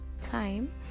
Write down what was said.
time